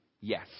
Yes